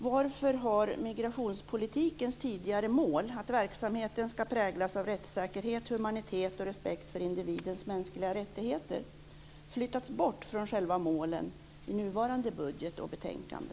Varför har migrationspolitikens tidigare mål, att verksamheten ska präglas av rättssäkerhet, humanitet och respekt för individens mänskliga rättigheter, flyttats bort från målen i nuvarande budget och betänkande?